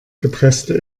gepresste